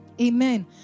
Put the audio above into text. Amen